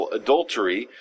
adultery